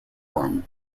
room